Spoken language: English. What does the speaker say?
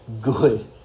good